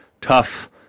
tough